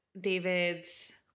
David's